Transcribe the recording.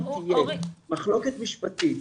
מחלוקת משפטית